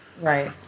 Right